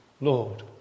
Lord